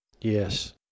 Yes